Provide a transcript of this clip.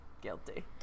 Guilty